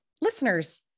listeners